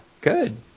good